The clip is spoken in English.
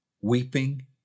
Weeping